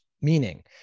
Meaning